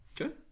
Okay